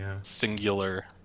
singular